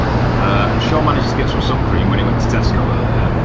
and shaun managed to get some sun cream when he went to tesco earlier,